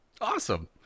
Awesome